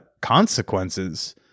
consequences